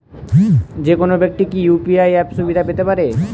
যেকোনো ব্যাক্তি কি ইউ.পি.আই অ্যাপ সুবিধা পেতে পারে?